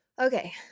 okay